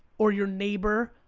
or your neighbor,